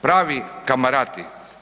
Pravi kamarati.